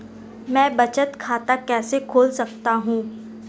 मैं बचत खाता कैसे खोल सकता हूँ?